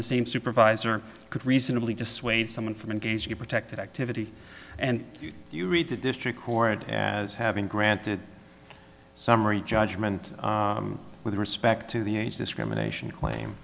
the same supervisor could reasonably dissuade someone from engaging in protected activity and you read the district court as having granted a summary judgment with respect to the age discrimination claim